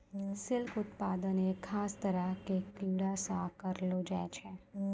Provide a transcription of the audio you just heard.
silk उत्पादन एक खास तरह के कीड़ा सॅ करलो जाय छै